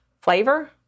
Flavor